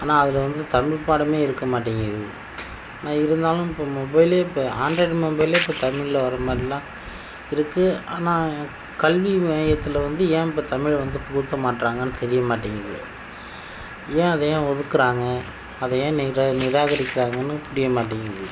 ஆனால் அதில் வந்து தமிழ் பாடமே இருக்க மாட்டேங்கிது ஆனால் இருந்தாலும் இப்போ மொபைலே இப்போ ஆண்ட்ராய்டு மொபைலே இப்போ தமிழில் வர மாதிரிலாம் இருக்குது ஆனால் கல்வி மையத்தில் வந்து ஏன் இப்போ தமிழ் வந்து புகுத்த மாட்டேறாங்கன்னு தெரிய மாட்டேங்கிது ஏன் அதை ஏன் ஒதுக்குகிறாங்க அதை ஏன் நிரா நிராகரிக்கிறாங்கன்னு புரிய மாட்டேங்கிது